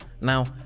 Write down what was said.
Now